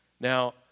Now